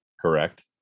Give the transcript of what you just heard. Correct